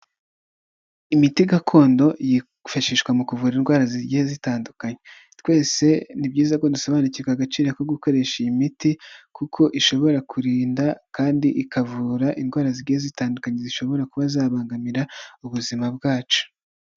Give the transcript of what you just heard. Imiti gakondo yifashishwa mu kuvura indwara zigiye zitandukanye, twese ni byiza ko dusobanukirwa agaciro ko gukoresha iyi miti, kuko ishobora kurinda kandi ikavura indwara zigiye zitandukanye zishobora kuba zabangamira ubuzima bwacu.